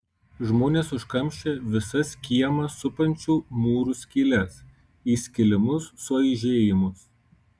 žmonės užkamšė visas kiemą supančių mūrų skyles įskilimus suaižėjimus